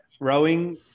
rowing